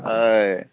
अय